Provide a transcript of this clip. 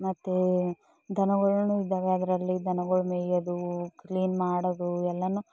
ಮತ್ತೆ ದನಗಳೂನು ಇದ್ದಾವೆ ಅದರಲ್ಲಿ ದನಗಳು ಮೇಯೋದು ಕ್ಲೀನ್ ಮಾಡೋದು ಎಲ್ಲನೂ